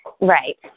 Right